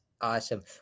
awesome